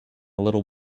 little